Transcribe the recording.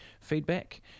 feedback